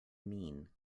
mean